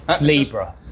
Libra